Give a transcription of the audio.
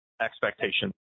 expectation